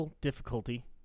difficulty